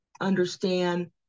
understand